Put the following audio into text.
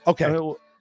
okay